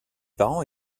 parents